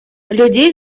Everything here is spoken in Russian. людей